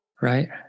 Right